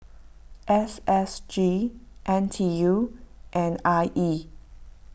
S S G N T U and I E